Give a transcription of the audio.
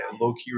low-key